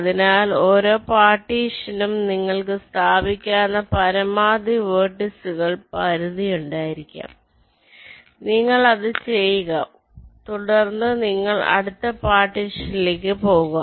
അതിനാൽ ഓരോ പാർട്ടീഷനും നിങ്ങൾക്ക് സ്ഥാപിക്കാവുന്ന പരമാവധി വെർട്ടിസ്റുകൾ പരിധി ഉണ്ടായിരിക്കാം നിങ്ങൾ അത് ചെയ്യുക തുടർന്ന് നിങ്ങൾ അടുത്ത പാർട്ടീഷനിലേക്ക് പോകുക